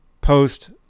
post